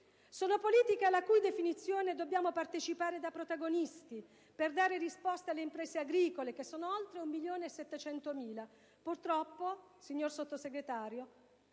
della politica agricola comune dobbiamo partecipare da protagonisti, per dare risposta alle imprese agricole, che sono oltre 1.700.000. Purtroppo, signor Sottosegretario,